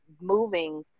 moving